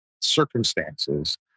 circumstances